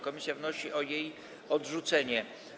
Komisja wnosi o jej odrzucenie.